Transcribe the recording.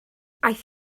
aeth